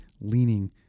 leaning